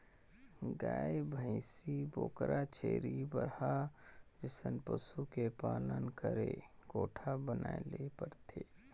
गाय, भइसी, बोकरा, छेरी, बरहा जइसन पसु के पालन करे कोठा बनाये ले परथे